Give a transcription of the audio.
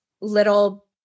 little